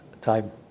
time